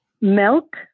milk